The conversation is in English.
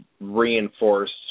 reinforced